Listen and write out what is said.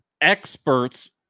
experts